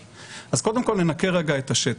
אז קודם כל ננקה רגע את השטח.